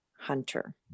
hunter